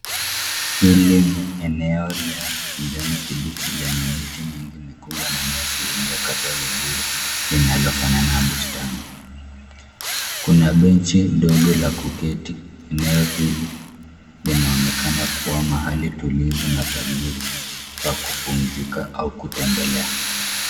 Hili ni eneo la kijani lenye miti mingi mikubwa na nyasi iliyokatwa vizuri linalo fanana na bustani. Kuna benchi ndogo la kuketi. Eneo hili linaonekana kuwa mahali utulivu na pazuri pa kupumzika au kutembelea.